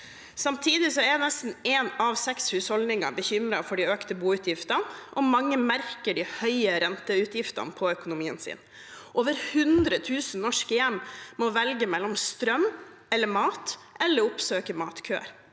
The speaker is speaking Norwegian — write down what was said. Samtidig er nesten en av seks husholdninger bekymret for de økte boutgiftene, og mange merker de høye renteutgiftene på økonomien sin. Over 100 000 norske hjem må velge mellom strøm eller mat, eller oppsøke matkø.